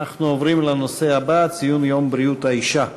אנחנו עוברים לנושא הבא: ציון יום בריאות האישה,